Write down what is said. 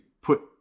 put